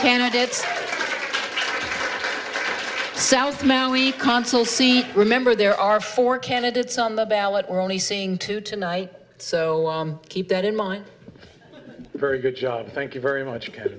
candidates sounds maoi consul c remember there are four candidates on the ballot we're only seeing two tonight so keep that in mind very good job thank you very much because